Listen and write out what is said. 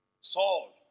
Saul